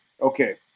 Okay